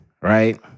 right